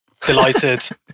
delighted